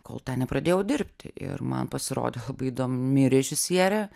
kol ten nepradėjau dirbti ir man pasirodė labai įdomi režisierė